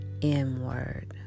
inward